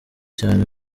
cyane